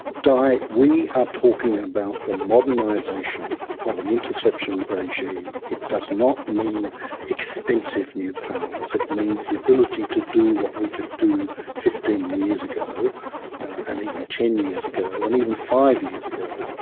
di, we are talking about the modernisation of an interception regime. it does not mean extensive new powers it means the ability to do what we could do fifteen years ago and even ten years ago and even five years ago.